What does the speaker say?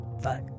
Fuck